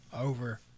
over